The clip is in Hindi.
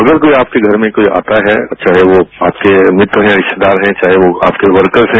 अगर कोई आपके घर में कोई आता है तो चाहे वह आपके मित्र हैं रिश्तेदार हैं चाहे वह आपके वर्कर्स हैं